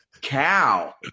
cow